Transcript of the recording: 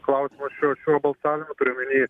klausimas šio šio balsavimo turiu omeny